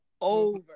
over